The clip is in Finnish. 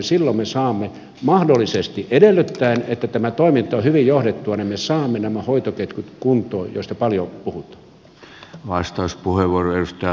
silloin me saamme mahdollisesti edellyttäen että tämä toiminta on hyvin johdettua nämä hoitoketjut kuntoon joista paljon puhutaan